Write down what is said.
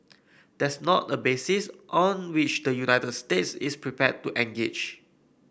that's not a basis on which the United States is prepared to engage